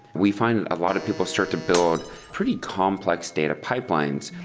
we find a lot of people start to build pretty complex data pipelines,